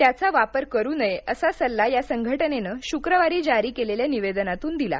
त्याचा वापर करू नये असा सल्ला या संघटनेनं शुक्रवारी जारी केलेल्या निवेदनातून दिला